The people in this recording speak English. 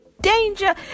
danger